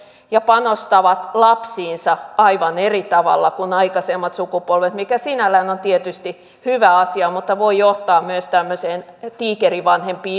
ja panostavat lapsiinsa aivan eri tavalla kuin aikaisemmat sukupolvet mikä sinällään on tietysti hyvä asia mutta voi johtaa myös tämmöiseen tiikerivanhempi